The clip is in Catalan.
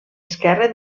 esquerre